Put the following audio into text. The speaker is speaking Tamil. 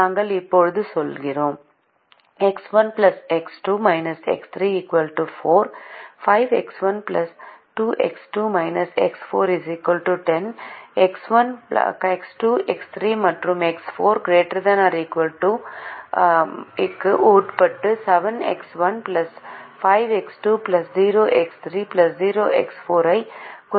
நாங்கள் இப்போது செல்கிறோம் X1 X2 X3 4 5X1 2X2 X4 10 X1 X2 X3 மற்றும் X4 ≥ 0 க்கு உட்பட்டு 7X1 5X2 0X3 0X4 ஐக் குறைக்கும் இந்த அமைப்பைத் தீர்க்கவும்